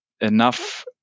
enough